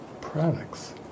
products